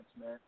man